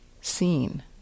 seen